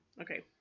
Okay